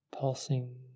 pulsing